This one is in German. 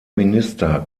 minister